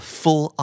full